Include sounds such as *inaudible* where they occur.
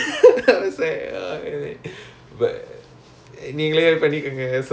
ya it's okay *laughs* நீங்களே பண்ணி பண்ணிக்கோங்கே:ningale panni pannikkongae